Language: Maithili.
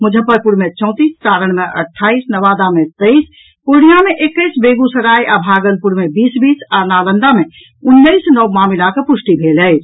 मुजफ्फरपुर मे चौंतीस सारण मे अठाईस नवादा मे तेईस पूर्णिया मे एकैस बेगूसराय आ भागलपुर मे बीस बीस आ नालंदा मे उन्नैस नव मामिलाक पुष्टि भेल अछि